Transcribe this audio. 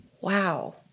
Wow